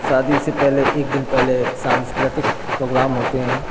शादी से पहले एक दिन पहले सांस्कृतिक प्रोग्राम होते हैं